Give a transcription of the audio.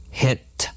hit